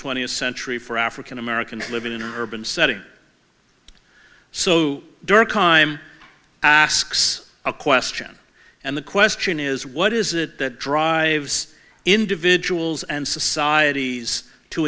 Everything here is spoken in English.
twentieth century for african americans living in an urban setting so durkheim asks a question and the question is what is that drives individuals and societies to